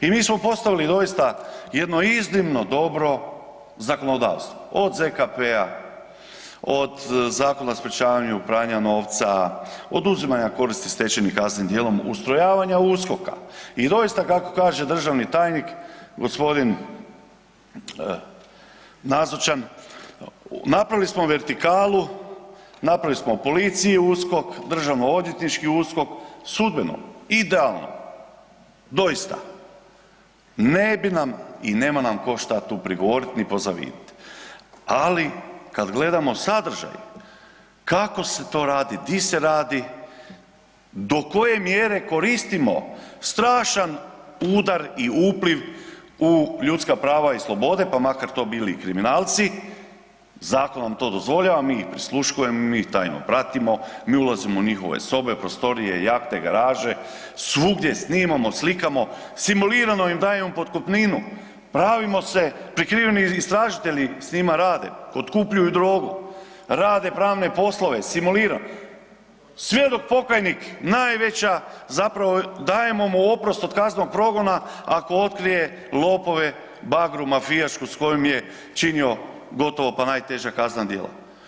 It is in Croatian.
I mi smo postali doista jedno iznimno dobro zakonodavstvo od ZKP-a, od Zakona o sprječavanju pranja novca, oduzimanja koristi stečenih kaznenih djelom, ustrojavanja USKOK-a i doista kako kaže državni tajnik gospodin nazočan, napravili smo vertikalu, napravili smo u policiji USKOK, državno odvjetnički USKOK, sudbeno idealno doista ne bi nam i nema nam tko šta tu prigovorit ni pozavidit, ali kad gledamo sadržaj kako se to radi, di se radi, do koje mjere koristimo strašan udar i upliv u ljudska prava i slobode, pa makar to bili i kriminalci, zakonom to dozvoljavamo, mi ih prisluškujemo, mi ih tajno pratimo, mi ulazimo u njihove sobe, prostorije, jahte, garaže, svugdje snimamo, slikamo, simulirano im dajemo potkupninu, pravimo se, prikriveni istražitelji s njima rade, otkupljuju drogu, rade pravne poslove simulirano, svjedok pokajnik najveća zapravo dajemo mu oprost od kaznenog progona ako otkrije lopove bagru mafijašku s kojom je činio gotovo pa najteža kaznena djela.